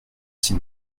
six